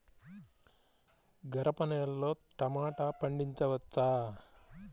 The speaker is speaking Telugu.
గరపనేలలో టమాటా పండించవచ్చా?